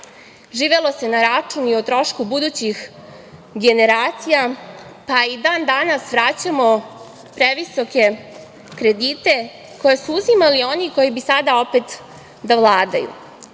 živelo se na račun i o trošku budućih generacija, pa i dan danas, vraćamo previsoke kredite, koje su uzimali oni koji bi opet sada da vladaju.